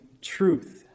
truth